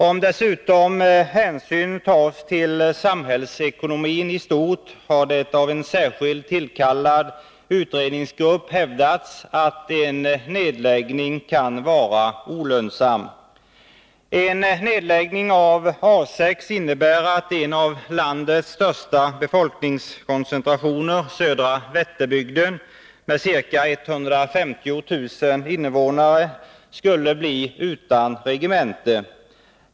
Det har av en särskilt tillkallad utredningsgrupp hävdats att om dessutom hänsyn tas till samhällsekonomin i stort kan en nedläggning vara olönsam. En nedläggning av A 6 innebär att en av landets största befolkningskoncentrationer, södra Vätterbygden med ca 150 000 invånare, skulle bli utan regemente.